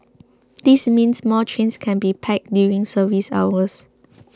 this means more trains can be packed during service hours